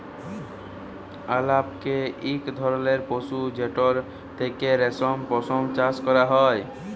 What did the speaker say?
আলাপকে ইক ধরলের পশু যেটর থ্যাকে রেশম, পশম চাষ ক্যরা হ্যয়